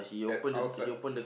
at outside